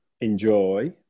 enjoy